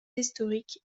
historiques